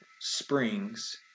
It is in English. springs